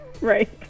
Right